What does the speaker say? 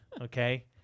okay